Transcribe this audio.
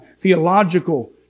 theological